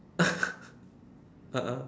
a'ah